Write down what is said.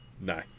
No